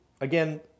Again